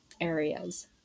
areas